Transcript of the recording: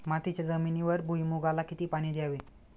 मातीच्या जमिनीवर भुईमूगाला किती पाणी द्यावे?